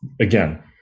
again